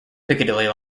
piccadilly